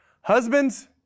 Husbands